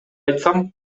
айтсам